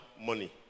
money